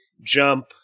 jump